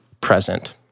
present